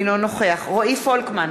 אינו נוכח רועי פולקמן,